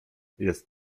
jest